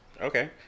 Okay